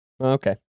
Okay